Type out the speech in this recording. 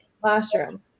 classroom